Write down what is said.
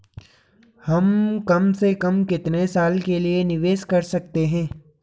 हम कम से कम कितने साल के लिए निवेश कर सकते हैं?